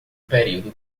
período